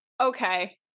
okay